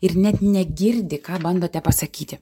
ir net negirdi ką bandote pasakyti